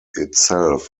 itself